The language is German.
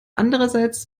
andererseits